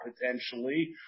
potentially